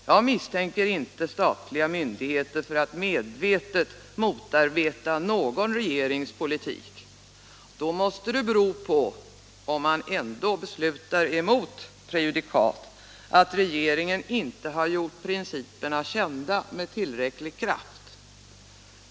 Jag misstänker inte statliga myndigheter för att medvetet motarbeta någon regerings politik, utan om man beslutar emot prejudikat måste det bero på att regeringen inte har gjort principerna kända med tillräcklig kraft.